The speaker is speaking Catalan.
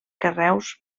carreus